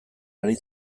ari